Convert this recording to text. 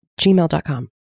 gmail.com